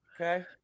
okay